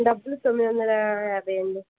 డబ్బులు తొమ్మిది వందల యాభై అండి